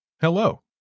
hello